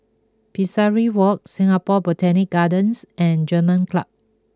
Pesari Walk Singapore Botanic Gardens and German Club